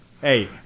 Hey